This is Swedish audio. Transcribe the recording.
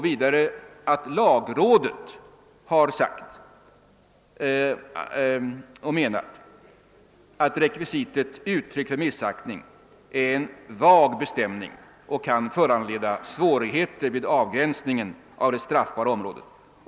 Vidare har jag tagit fasta på vad lagrådet menat, nämligen att rekvisitet »uttrycker missaktning» är en vag bestämning som kan föranleda svårigheter vid avgränsningen av det straffbara området.